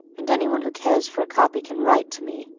and any one who cares for a copy can write to me